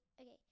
okay